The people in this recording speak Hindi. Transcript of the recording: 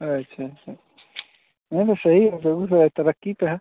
अच्छा अच्छा नहीं तो सही है ज़रूर है तरक़्क़ी पर है